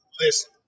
listen